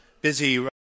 busy